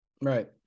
right